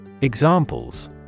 Examples